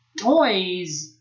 toys